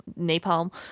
napalm